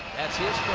that's his